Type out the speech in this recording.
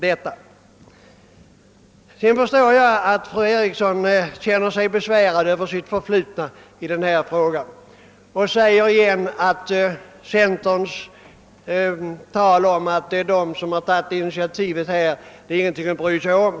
Sedan förstår jag att fru Eriksson känner sig besvärad över socialdemokratins förflutna i denna fråga. Fru Eriksson upprepade att centerns tal om att det är centerpartiet som har tagit initiativet i denna fråga inte är någonting att bry sig om.